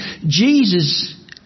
Jesus